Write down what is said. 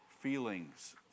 feelings